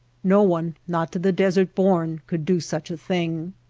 no one, not to the desert born, could do such a thing.